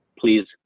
please